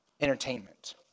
entertainment